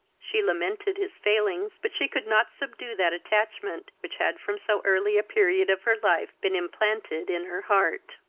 she lamented his failings, but she could not subdue that attachment which had from so early a period of her life been implanted in her heart.